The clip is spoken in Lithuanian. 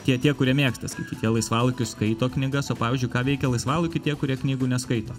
tie tie kurie mėgsta skaityt laisvalaikiu skaito knygas o pavyzdžiui ką veikia laisvalaikiu tie kurie knygų neskaito